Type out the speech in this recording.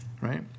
right